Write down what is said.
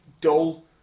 dull